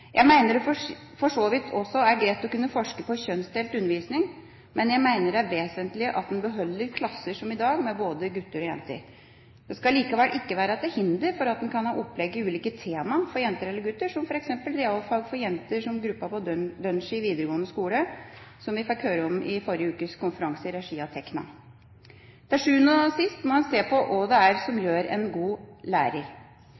Jeg mener det for så vidt også er greit å kunne forske på kjønnsdelt undervisning, men jeg mener det er vesentlig at en beholder klasser som i dag, med både jenter og gutter. Det skal likevel ikke være til hinder for at en kan ha opplegg i ulike temaer for jenter og gutter, som f.eks. Jenter og realfag, gruppa på Dønski videregående skole som vi fikk høre om på forrige ukes konferanse i regi av Tekna. Til sjuende og sist må en se på hva det er som